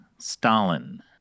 Stalin